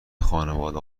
خانواده